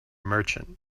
merchant